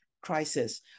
crisis